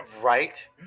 Right